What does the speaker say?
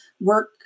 work